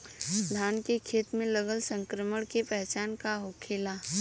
धान के खेत मे लगल संक्रमण के पहचान का होखेला?